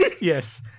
Yes